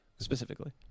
Specifically